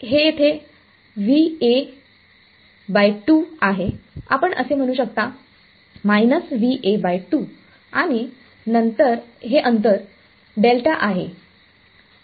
तर हे येथे आहे आपण म्हणू शकता आणि हे अंतर आहे